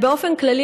באופן כללי,